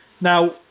Now